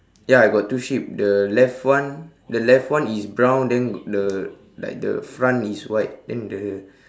ya I got two sheep the left one the left one is brown then the like the front is white then the